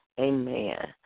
Amen